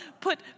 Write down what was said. put